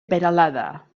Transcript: peralada